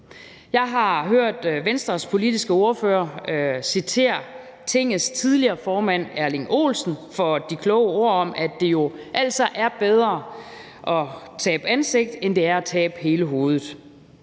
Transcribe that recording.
Jeg har hørt Venstres politiske ordfører citere Tingets tidligere formand Erling Olsen for de kloge ord om, at det jo altså er bedre at tabe ansigt, end det er at tabe hele hovedet.